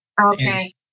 Okay